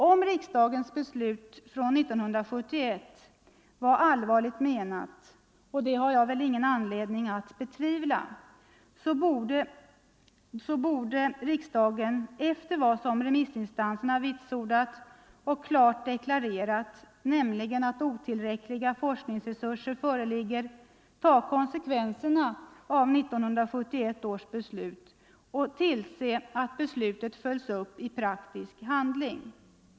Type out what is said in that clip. Om riksdagens beslut från 1971 var allvarligt menat, och det har jag väl ingen anledning att betvivla, så borde riksdagen efter vad remissinstanserna vitsordat och klart deklarerat, nämligen att otillräckliga forskningsresurser föreligger, ta konsekvenserna av 1971 års beslut och tillse att beslutet följs upp i praktisk handling.